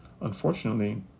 unfortunately